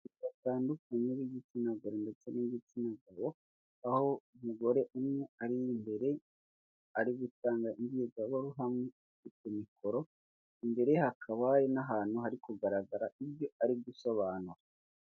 Batandukanye b'igitsina gore ndetse n'igitsina gabo, aho umugore umwe ari imbere, ari gutanga imbyirwa ruhame afite mikoro, imbere ye hakaba n'ahantu hari kugaragara ibyo ari gusobanura.